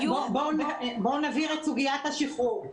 בואו נבהיר את סוגית השחרור.